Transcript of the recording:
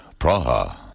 Praha